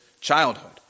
childhood